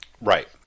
Right